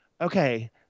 okay